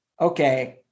okay